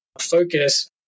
focus